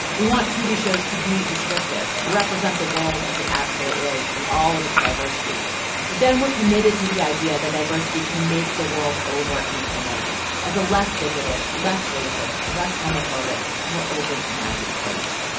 we want tv shows to be descriptive to represent the world as it actually is in all of its diversity. but then we're committed to the idea that diversity can make the world over in its image as a less bigoted less racist less homophobic more open minded place.